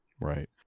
Right